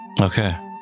Okay